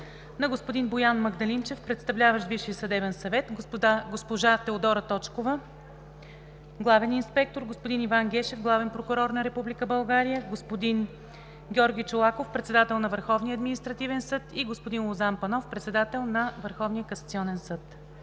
на господин Боян Магдалинчев – представляващ Висшия съдебен съвет, госпожа Теодора Точкова – главен инспектор, господин Иван Гешев – Главен прокурор на Република България, господин Георги Чолаков – председател на Върховния административен съд, и господин Лозан Панов – председател на Върховния касационен съд.